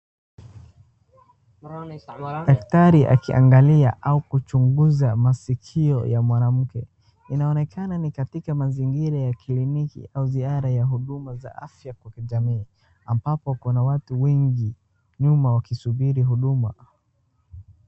Daktari akiangalia au kuchunguza masikio ya mwanamke inaonekana ni katika mazingira ya kliniki au ziara ya uhumuda za afya kwa kijamii ambapo kuna watu wengi nyuma wakisubiri huduma.